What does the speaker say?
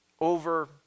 over